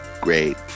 great